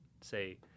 say